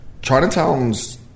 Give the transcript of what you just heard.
Chinatowns